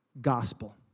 gospel